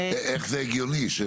איך זה הגיוני?